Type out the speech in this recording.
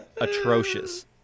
atrocious